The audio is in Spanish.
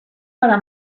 para